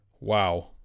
Wow